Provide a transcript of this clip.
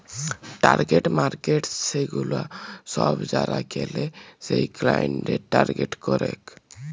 target markets সেগুলা সব যারা কেলে সেই ক্লায়েন্টদের টার্গেট করেক